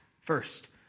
first